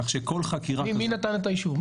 כך שכל חקירה, מי נתן את האישור?